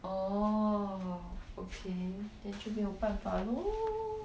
oh okay then 就没有办法 lor